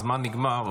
הזמן נגמר,